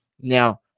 Now